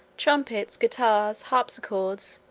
trumpets, guitars, harpsichords,